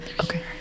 okay